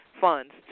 funds